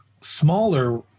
smaller